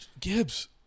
Gibbs